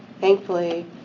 Thankfully